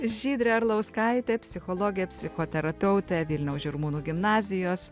žydrė arlauskaitė psichologė psichoterapeutė vilniaus žirmūnų gimnazijos